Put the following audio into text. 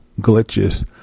glitches